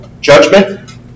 judgment